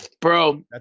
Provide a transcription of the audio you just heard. Bro